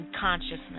consciousness